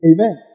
Amen